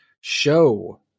show